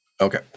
Okay